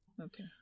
Okay